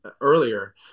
earlier